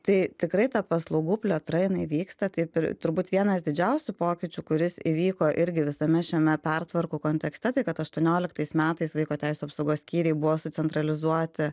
tai tikrai ta paslaugų plėtra jinai vyksta taip ir turbūt vienas didžiausių pokyčių kuris įvyko irgi visame šiame pertvarkų kontekste tai kad aštuonioliktais metais vaiko teisių apsaugos skyriai buvo sucentralizuoti